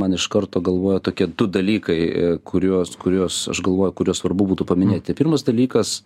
man iš karto galvoje tokie du dalykai kuriuos kuriuos aš galvoju kuriuos svarbu būtų paminėt tai pirmas dalykas